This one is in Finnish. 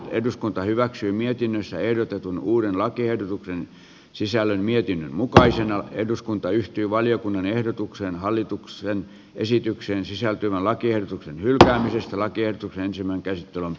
eduskunta hyväksyi mietinnössä ehdotetun uuden lakiehdotuksen sisällön mietinnön mukaisena eduskunta yhtyi valiokunnan ehdotukseen hallituksen esitykseen sisältyvän lakiehdotuksen hylkäämisestä lakiehdotuksen simon kertoo